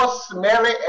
smelly